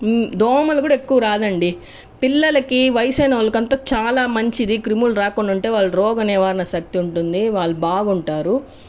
దోమలు కూడా ఎక్కువ రాదండి పిల్లలకి వయసైన వాళ్ళకి అందరికి చాలా మంచిది అంటే వల్ల రోగ నివారణ శక్తి ఉంటుంది వాళ్ళు బాగుంటారు